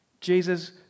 Jesus